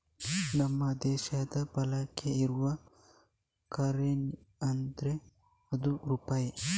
ನಮ್ಮ ದೇಶದಲ್ಲಿ ಬಳಕೆಯಲ್ಲಿ ಇರುವ ಕರೆನ್ಸಿ ಅಂದ್ರೆ ಅದು ರೂಪಾಯಿ